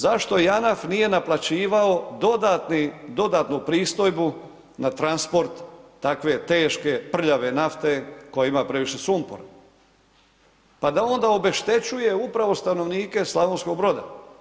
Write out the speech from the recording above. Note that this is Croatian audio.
Zašto JANAF nije naplaćivao dodatno pristojbu, na transport takve teške, prljave nafte koja ima previše sumpora, pa da onda obeštećuje upravo stanovnike Slavonskog Broda.